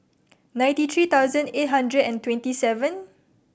ninety three thousand eight hundred and twenty seven